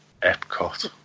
Epcot